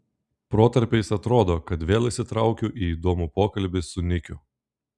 protarpiais atrodo kad vėl įsitraukiu į įdomų pokalbį su nikiu